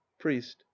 Priest